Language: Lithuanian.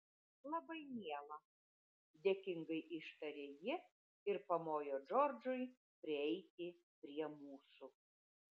labai miela dėkingai ištarė ji ir pamojo džordžui prieiti prie mūsų